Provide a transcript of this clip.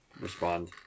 respond